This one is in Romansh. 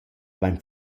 vain